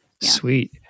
Sweet